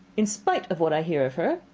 in spite of what i hear of her,